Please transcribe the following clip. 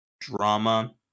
drama